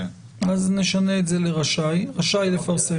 אז נשנה את זה ל"רשאי", "רשאי לפרסם".